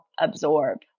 absorb